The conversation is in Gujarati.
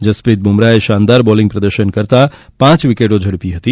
જસપ્રિત બુમરાહે શાનદાર બોલિંગ પ્રદર્શન કરતાં પાંચ વિકેટો ઝડપી હતી